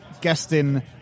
guesting